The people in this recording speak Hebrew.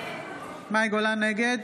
נגד